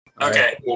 okay